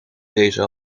deze